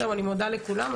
אני מודה לכולם.